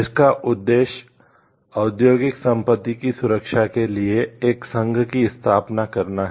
इसका उद्देश्य औद्योगिक संपत्ति की सुरक्षा के लिए एक संघ की स्थापना करना है